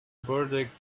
birthday